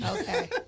Okay